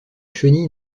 chenille